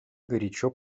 горячо